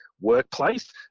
workplace